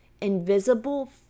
invisible